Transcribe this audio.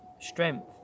strength